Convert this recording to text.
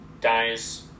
dies